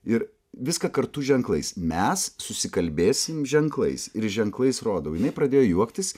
ir viską kartu ženklais mes susikalbėsim ženklais ir ženklais rodau jinai pradėjo juoktis